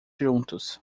juntos